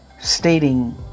stating